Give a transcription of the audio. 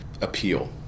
appeal